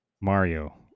Mario